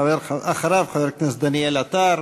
אחריו, חבר הכנסת דניאל עטר.